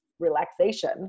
Relaxation